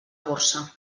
borsa